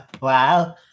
Wow